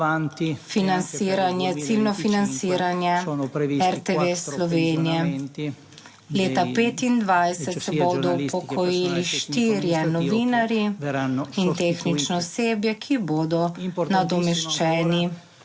ciljno financiranje RTV Slovenija. Leta 2025 se bodo upokojili štirje novinarji in tehnično osebje, ki bodo **25.